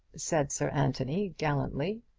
said sir anthony gallantly.